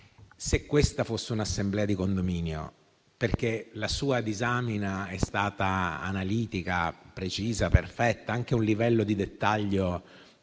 se questa fosse un'assemblea di condominio, perché la sua disamina è stata analitica, precisa, perfetta, anche con un livello di dettaglio